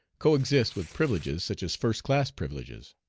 coexist with privileges such as first-class privileges?